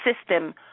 system